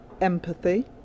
empathy